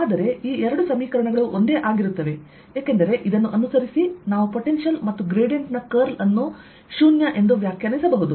ಆದರೆ ಈ ಎರಡು ಸಮೀಕರಣಗಳು ಒಂದೇ ಆಗಿರುತ್ತವೆ ಏಕೆಂದರೆ ಇದನ್ನು ಅನುಸರಿಸಿ ನಾವು ಪೊಟೆನ್ಶಿಯಲ್ ಮತ್ತು ಗ್ರೇಡಿಯಂಟ್ನ ಕರ್ಲ್ ಅನ್ನು 0 ಎಂದು ವ್ಯಾಖ್ಯಾನಿಸಬಹುದು